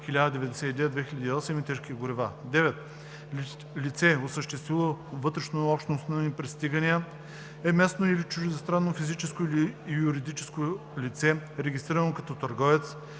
1099/2008 и тежки горива. 9. „Лице, осъществявало вътрешнообщностни пристигания“ е местно или чуждестранно физическо или юридическо лице, регистрирано като търговец,